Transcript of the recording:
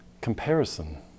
comparison